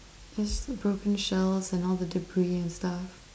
just broken shells and all the debris and stuff